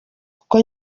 kuko